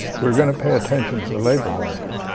we're going to pay attention to the labor market,